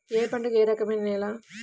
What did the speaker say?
ఏ పంటకు ఏ రకమైన నేల?